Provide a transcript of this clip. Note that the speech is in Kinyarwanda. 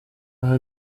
aha